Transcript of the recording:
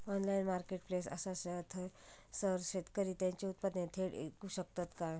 Online marketplace असा थयसर शेतकरी त्यांची उत्पादने थेट इकू शकतत काय?